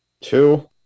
Two